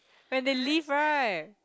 when they leave right